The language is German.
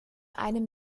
einem